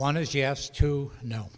one is yes to no